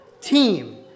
Team